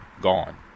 gone